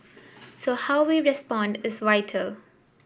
so how we respond is vital